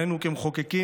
כמחוקקים,